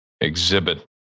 exhibit